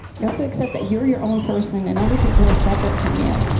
you have to accept that you're your own person, and other people are separate from you.